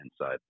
inside